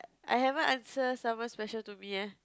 I haven't answer someone special to me leh